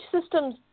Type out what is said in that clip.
systems